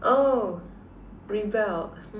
oh rebelled